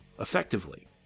effectively